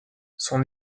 son